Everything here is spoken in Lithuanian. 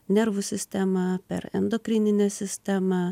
nervų sistemą per endokrininę sistemą